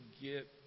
get